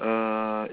err